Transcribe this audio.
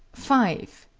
five.